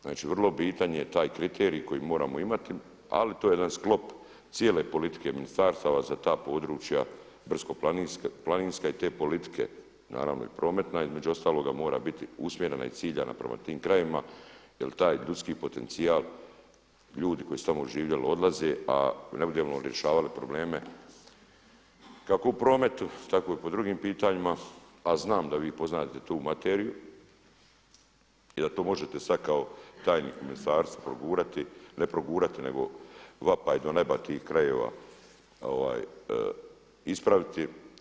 Znači vrlo bitan je taj kriterij koji moramo imati ali to je jedan sklop cijele politike ministarstava za ta područja brdsko-planinska i te politike naravno i prometna, između ostaloga mora biti usmjerena i ciljana prema tim krajevima jer taj ljudski potencijal ljudi koji su tamo živjeli odlaze a ne budemo li rješavali probleme kako u prometu, tako i po drugim pitanjima a znam da vi poznajete tu materiju i da to možete sada kao tajnik u ministarstvo progurati, ne progurati nego vapaj do neba tih krajeva ispraviti.